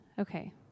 Okay